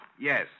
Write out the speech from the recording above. Yes